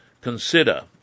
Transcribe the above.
consider